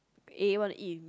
eh want to eat with me